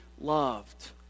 loved